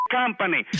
company